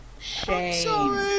Shame